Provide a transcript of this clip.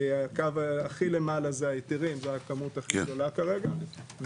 הקו הכי למעלה זה ההיתרים והכמות הכי גדולה כרגע,